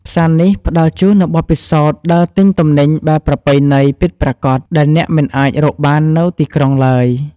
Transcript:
ផ្សារនេះផ្តល់ជូននូវបទពិសោធន៍ដើរទិញទំនិញបែបប្រពៃណីពិតប្រាកដដែលអ្នកមិនអាចរកបាននៅទីក្រុងឡើយ។